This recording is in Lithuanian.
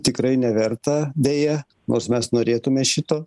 tikrai neverta deja nors mes norėtume šito